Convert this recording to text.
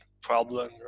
problem